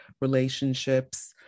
relationships